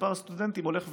מספר הסטודנטים הולך ויורד,